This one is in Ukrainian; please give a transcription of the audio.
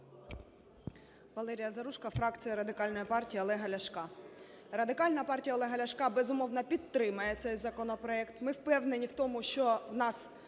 Валерія Заружко, фракція Радикальної партії Олега Ляшка. Радикальна партія Олега Ляшка, безумовно, підтримає цей законопроект. Ми впевнені в тому, що у нас